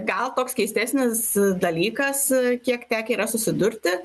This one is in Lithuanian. gal toks keistesnis dalykas kiek tekę yra susidurti